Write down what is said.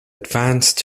advanced